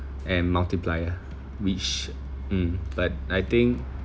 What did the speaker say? and multiplier which mm but I think